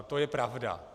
To je pravda.